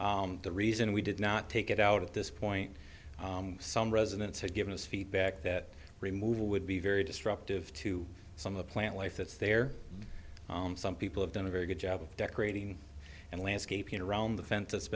alley the reason we did not take it out at this point some residents had given us feedback that removal would be very destructive to some of the plant life that's there some people have done a very good job decorating and landscaping around the fence that's